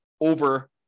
over